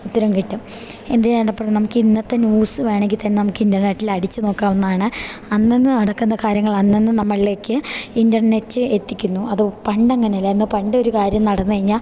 ഉത്തരം കിട്ടും എന്തിന് നമുക്ക് ഇന്നത്തെ ന്യൂസ് വേണമെങ്കിൽ തന്നെ നമുക്ക് ഇൻ്റർനെറ്റിൽ അടിച്ചു നോക്കാവുന്നതാണ് അന്നന്ന് നടക്കുന്ന കാര്യങ്ങൾ അന്നന്ന് നമ്മളിലേക്ക് ഇൻ്റർനെറ്റ് എത്തിക്കുന്നു അത് പണ്ടങ്ങനെ അല്ലായിരുന്നു പണ്ടൊരു കാര്യം നടന്നു കഴിഞ്ഞാൽ